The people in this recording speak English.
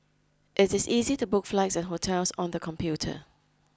it is easy to book flights and hotels on the computer